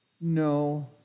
No